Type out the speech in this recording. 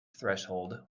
threshold